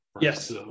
yes